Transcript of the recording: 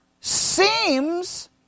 seems